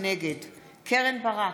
נגד קרן ברק,